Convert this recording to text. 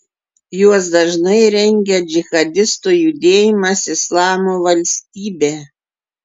juos dažnai rengia džihadistų judėjimas islamo valstybė